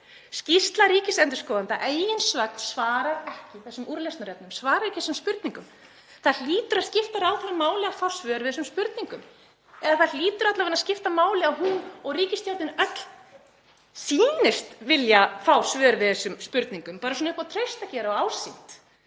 Skýrsla ríkisendurskoðanda, að eigin sögn, svarar ekki þeim úrlausnarefnum, svarar ekki þessum spurningum. Það hlýtur að skipta ráðherra máli að fá svör við þessum spurningum eða það hlýtur alla vega að skipta máli að hún og ríkisstjórnin öll sýnist vilja fá svör við þessum spurningum, bara svona upp á traust að gera og ásýnd.